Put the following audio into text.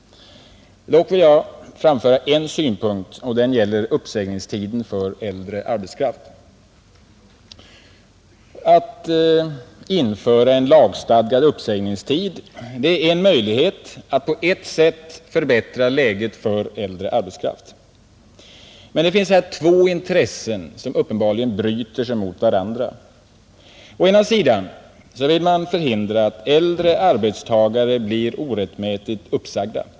Dock vill jag framföra en synpunkt, och den gäller uppsägningstiden för äldre arbetskraft. Att införa en lagstadgad uppsägningstid är en möjlighet att på ett sätt förbättra läget för äldre arbetskraft. Men det finns här två intressen som uppenbarligen bryter sig mot varandra, Å ena sidan vill man förhindra att äldre arbetstagare blir orättmätigt uppsagda.